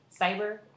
cyber